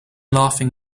laughing